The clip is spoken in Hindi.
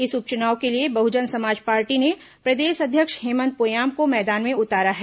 इस उप चुनाव के लिए बहुजन समाज पार्टी ने प्रदेश अध्यक्ष हेमंत पोयाम को मैदान में उतारा है